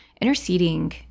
interceding